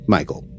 Michael